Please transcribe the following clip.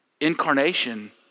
incarnation